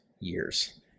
years